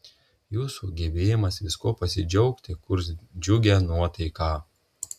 jūsų gebėjimas viskuo pasidžiaugti kurs džiugią nuotaiką